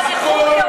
איזה פאדי, פאדי חורי?